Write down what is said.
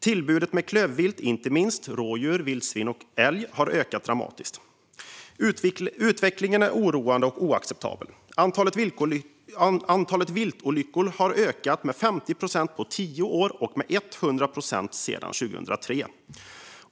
Tillbud med klövvilt - inte minst rådjur, vildsvin och älg - har ökat dramatiskt. Utvecklingen är oroande och oacceptabel. Antalet viltolyckor har ökat med 50 procent på tio år och med 100 procent sedan 2003.